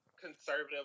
conservative